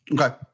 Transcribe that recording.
okay